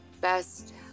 best